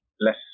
less